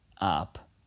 up